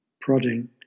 prodding